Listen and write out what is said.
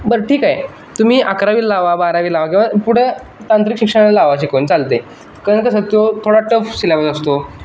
बरं ठीक आहे तुम्ही अकरावीला लावा बारावी लावा किंवा पुढं तांत्रिक शिक्षणाला लावा शिकवणी चालते कारण कसं तो थोडा टफ सिलॅबस असतो